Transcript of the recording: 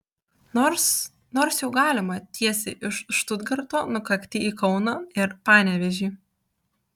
nors nors jau galima tiesiai iš štutgarto nukakti į kauną ir panevėžį